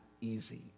easy